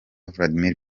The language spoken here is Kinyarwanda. vladimir